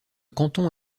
canton